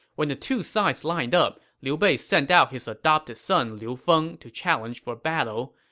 when the two sides lined up, liu bei sent out his adopted son liu feng to challenge for battle.